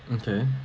okay